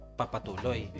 papatuloy